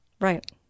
Right